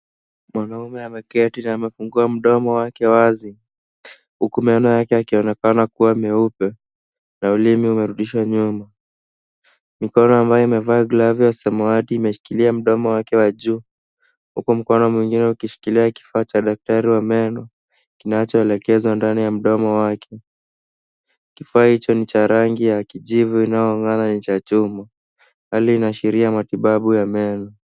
Mwanaume ameketi na amefungua mdomo wake wazi. Huku meno yake yakionekana kuwa meupe. Na ulimi umerudishwa nyuma. Mikono ambayo imevaa glavu ya samawati imeshikilia mdomo wake wa juu. Huku mkono mwingine ukishikilia kifaa cha daktari wa meno, kinachoelekezwa ndani ya mdomo wake. Kifaa hicho ni cha rangi ya kijivu inayong'aa na ni cha chuma. Hali inaashiria matibabu ya meno.